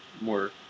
more